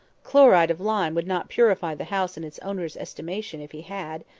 chloride of lime would not purify the house in its owner's estimation if he had.